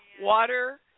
water